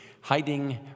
hiding